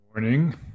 Morning